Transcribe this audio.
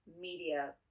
media